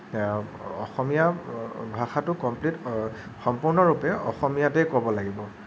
অসমীয়া ভাষাটো কম্প্লিট সম্পূৰ্ণৰূপে অসমীয়াতেই ক'ব লাগিব